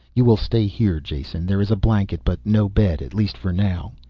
you will stay here, jason. there is a blanket, but no bed at least for now.